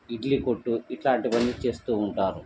ఇడ్లీ కొట్టు ఇట్లాంటివన్నీ చేస్తూ ఉంటారు